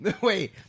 Wait